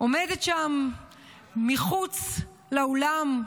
עומדת שם מחוץ לאולם,